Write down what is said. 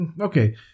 Okay